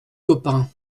copain